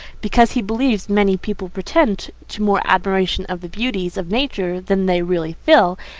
because he believes many people pretend to more admiration of the beauties of nature than they really feel,